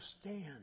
stand